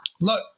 Look